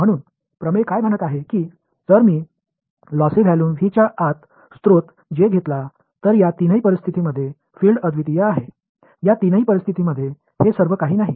म्हणून प्रमेय काय म्हणत आहेत की जर मी लॉसि व्हॉल्यूम V च्या आत स्रोत जे घेतला तर या तीनही परिस्थितींमध्ये फील्ड्स अद्वितीय आहेत या तीनही परिस्थितींमध्ये हे सर्व काही नाही